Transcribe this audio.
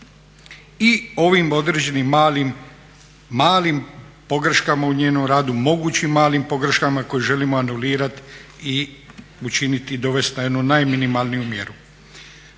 i ovim određenim malim pogreškama u njenom radu, mogućim malim pogreškama koje želimo anulirati i učiniti i dovesti na jednu najminimalniju mjeru.